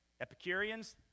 Epicureans